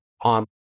on